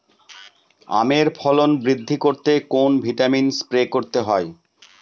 আমের ফলন বৃদ্ধি করতে কোন ভিটামিন স্প্রে করতে হয়?